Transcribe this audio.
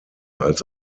als